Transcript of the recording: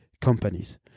companies